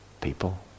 people